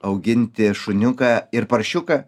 auginti šuniuką ir paršiuką